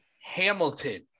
Hamilton